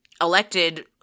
elected